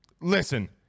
Listen